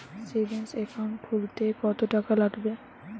Savings account খুলতে কতটাকা লাগবে?